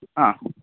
ಹಾಂ